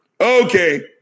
Okay